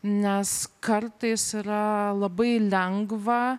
nes kartais yra labai lengva